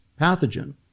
pathogen